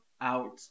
out